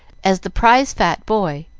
as the prize fat boy